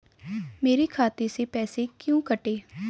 मेरे खाते से पैसे क्यों कटे?